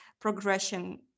progression